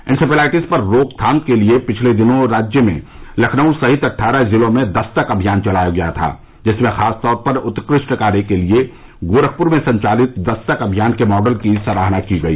encephalitis पर रोकथाम के लिये पिछले दिनों राज्य में लखनऊ सहित अट्ठारह जिलों में दस्तक अभियान चलाया गया था जिसमें खासतौर पर उत्कृष्ट कार्य के लिये गोरखपुर में संचालित दस्तक अभियान के माडल की सराहना की गई